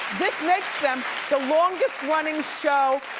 this makes them the longest running show,